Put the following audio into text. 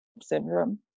syndrome